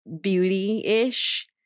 beauty-ish